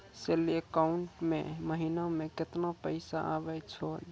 Salary account मे महिना मे केतना पैसा आवै छौन?